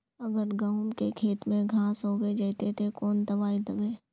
अगर गहुम के खेत में घांस होबे जयते ते कौन दबाई दबे?